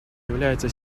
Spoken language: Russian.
является